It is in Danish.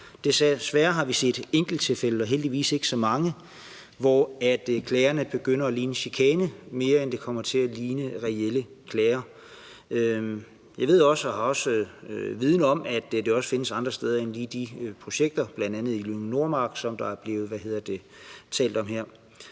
desværre har vi set enkelttilfælde, heldigvis ikke så mange, hvor klagerne begynder at ligne chikane mere end reelle klager. Jeg har også viden om, at det også findes andre steder end lige i de her projekter, bl.a. i Jyllinge Nordmark, som der er blevet talt om her.